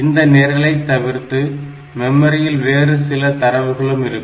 இந்த நிரலை தவிர்த்து மெமரியில் வேறு சில தரவுகளும் இருக்கும்